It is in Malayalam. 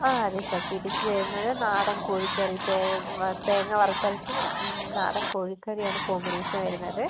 ആ അതെ സാർ പിടിക്ക് വരുന്നത് നാടൻ കോഴിക്കറി തേങ്ങ തേങ്ങ വരുത്തരച്ചത് നാടൻ കോഴിക്കറി ആണ് കോമ്പിനേഷൻ വരുന്നത്